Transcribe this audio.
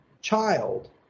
Child